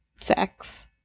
sex